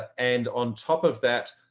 and on top of that,